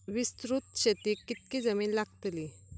विस्तृत शेतीक कितकी जमीन लागतली?